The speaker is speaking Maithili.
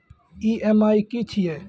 ई.एम.आई की छिये?